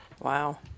Wow